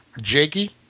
Jakey